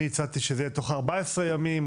אני הצעתי שזה יהיה תוך 14 ימים,